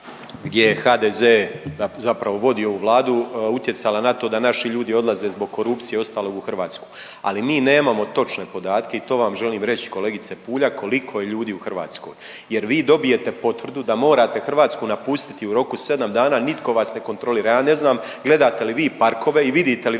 gdje HDZ zapravo vodi ovu Vladu utjecala na to da naši ljudi odlaze zbog korupcije i ostalog u Hrvatsku, ali mi nemamo točne podatke i to vam želim reći kolegice Puljak koliko je ljudi u Hrvatskoj jer vi dobijete potvrdu da morate Hrvatsku napustiti u roku 7 dana, nitko vas ne kontrolira. Ja ne znam gledate li vi parkove i vidite li